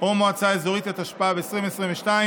או מועצה אזורית), התשפ"ב 2022,